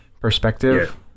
perspective